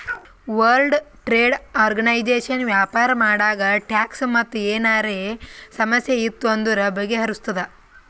world trade organisation ವ್ಯಾಪಾರ ಮಾಡಾಗ tax ಮತ್ ಏನರೇ ಸಮಸ್ಯೆ ಇತ್ತು ಅಂದುರ್ ಬಗೆಹರುಸ್ತುದ್